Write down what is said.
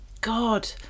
God